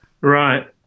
Right